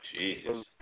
Jeez